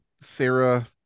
Sarah